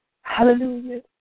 Hallelujah